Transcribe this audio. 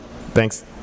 Thanks